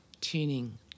tuning